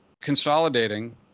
consolidating